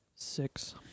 Six